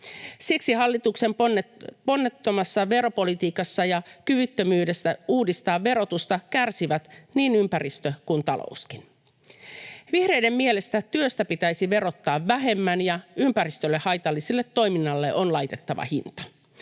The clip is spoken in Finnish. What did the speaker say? Siksi hallituksen ponnettomasta veropolitiikasta ja kyvyttömyydestä uudistaa verotusta kärsivät niin ympäristö kuin talouskin. Vihreiden mielestä työtä pitäisi verottaa vähemmän ja ympäristölle haitalliselle toiminnalle on laitettava hinta.